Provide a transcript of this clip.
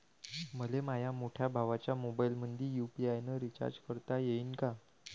मले माह्या मोठ्या भावाच्या मोबाईलमंदी यू.पी.आय न रिचार्ज करता येईन का?